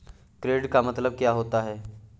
Credit का मतलब क्या होता है?